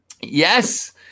Yes